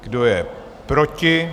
Kdo je proti?